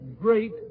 great